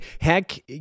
Heck